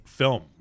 film